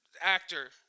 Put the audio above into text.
actor